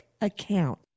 account